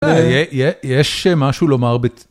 יש... יש משהו לומר ב...